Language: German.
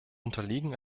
unterliegen